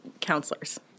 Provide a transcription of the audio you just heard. counselors